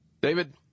David